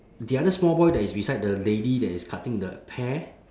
the other small boy that is beside the lady that is cutting the hair